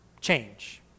change